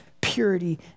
purity